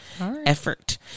effort